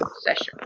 session